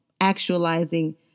actualizing